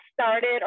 started